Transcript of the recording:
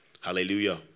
Hallelujah